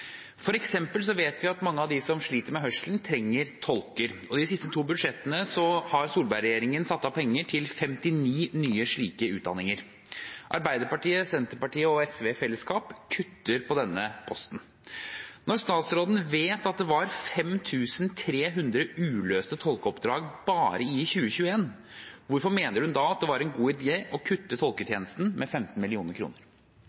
vi at mange av dem som sliter med hørselen, trenger tolker, og i de siste to budsjettene satte Solberg-regjeringen av penger til 59 nye slike utdanninger. Arbeiderpartiet, Senterpartiet og SV i fellesskap kutter i denne posten. Når statsråden vet at det var 5 300 uløste tolkeoppdrag bare i 2021, hvorfor mener hun da at det var en god idé å kutte